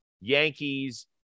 Yankees